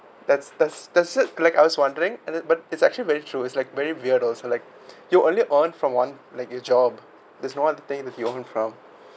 that's that's that's it like I was wondering and it but it's actually very true it's like very weird also like you early on from one like your job there's no one to with your own